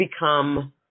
become